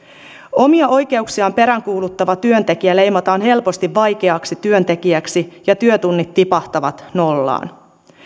omia oikeuksiaan peräänkuuluttava työntekijä leimataan helposti vaikeaksi työntekijäksi ja työtunnit tipahtavat nollaan